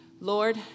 Lord